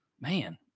man